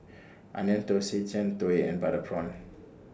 Onion Thosai Jian Dui and Butter Prawn